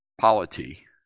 polity